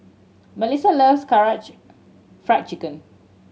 Mellisa loves Karaage Fried Chicken